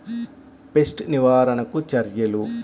Pest నివారణకు చర్యలు?